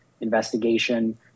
investigation